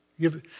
give